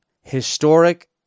historic